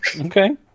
Okay